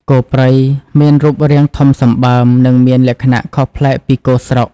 គោព្រៃមានរូបរាងធំសម្បើម និងមានលក្ខណៈខុសប្លែកពីគោស្រុក។